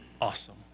awesome